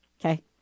Okay